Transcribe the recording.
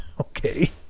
okay